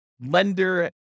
lender